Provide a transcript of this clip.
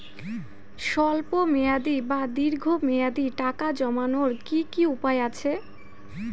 স্বল্প মেয়াদি বা দীর্ঘ মেয়াদি টাকা জমানোর কি কি উপায় আছে?